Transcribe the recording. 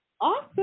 Awesome